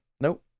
nope